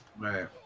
Right